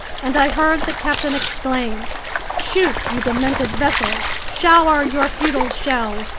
and i heard the captain exclaim shoot, you demented vessel! shower your futile shells!